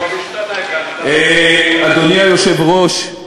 אדוני היושב-ראש,